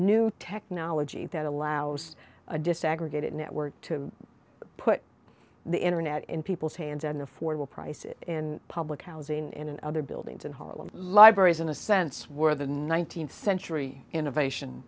new technology that allows a desegregated network to put the internet in people's hands and affordable prices in public housing in and other buildings in harlem libraries in a sense were the th century innovation